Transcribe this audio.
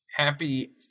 Happy